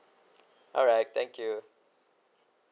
alright thank you